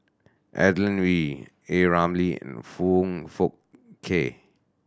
Adeline Ooi A Ramli and Foong Fook Kay